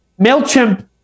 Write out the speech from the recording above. mailchimp